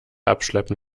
abschleppen